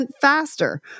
faster